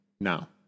now